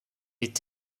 est